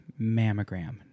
mammogram